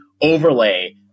overlay